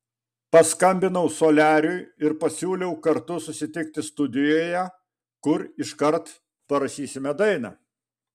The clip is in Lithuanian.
paskambinau soliariui ir pasiūliau kartu susitikti studijoje kur iškart parašysime dainą